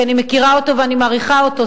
שאני מכירה אותו ואני מעריכה אותו,